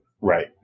Right